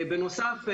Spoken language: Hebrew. בנוסף,